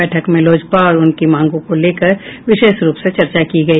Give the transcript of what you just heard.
बैठक में लोजपा और उसकी मांगों को लेकर विशेष रूप से चर्चा की गई